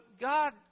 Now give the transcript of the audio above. God